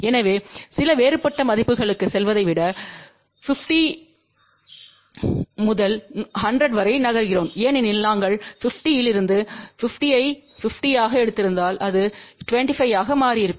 எனவே சில வேறுபட்ட மதிப்புகளுக்குச் செல்வதை விட 50 முதல் 100 வரை நகர்கிறோம் ஏனெனில் நாங்கள் 50 இல் இருந்து 50 ஐ 50 ஆக எடுத்திருந்தால் இது 25 ஆக மாறியிருக்கும்